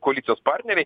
koalicijos partneriai